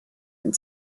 and